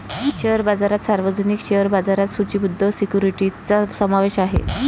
share बाजारात सार्वजनिक share बाजारात सूचीबद्ध सिक्युरिटीजचा समावेश आहे